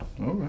Okay